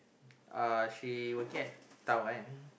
Uh she working at town right